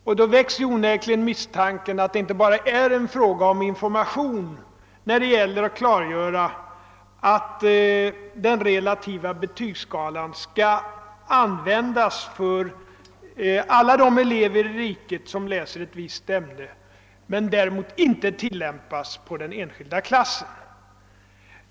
Och då växer onekligen misstanken att det inte bara är fråga om information när det gäller att klargöra att den relativa betygsska lan skall användas för alla de elever i riket som läser ett visst ämne men däremot inte på den enskilda klassen.